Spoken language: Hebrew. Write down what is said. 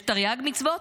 יש תרי"ג מצוות,